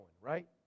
right